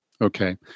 Okay